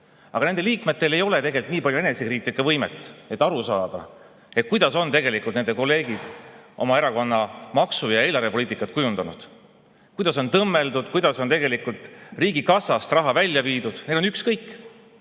Aga nende liikmetel ei ole nii palju enesekriitikavõimet, et aru saada, kuidas on nende kolleegid oma erakonna maksu‑ ja eelarvepoliitikat kujundanud, kuidas on tõmmeldud, kuidas on riigikassast raha välja viidud. Neil on ükskõik.